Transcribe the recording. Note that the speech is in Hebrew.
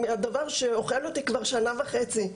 מנושא שאוכל אותי כבר שנה וחצי.